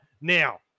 Now